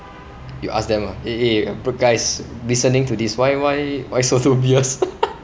you ask them ah eh eh guys listening to this why why why so dubious